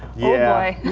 yeah.